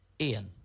Ian